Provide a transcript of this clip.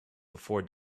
before